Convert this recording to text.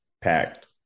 Packed